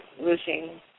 losing